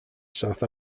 south